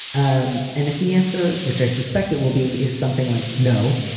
um and if the answer, which i suspect it will be, is something like no,